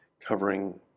covering